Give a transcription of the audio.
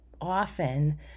often